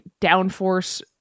downforce